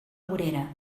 vorera